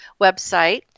website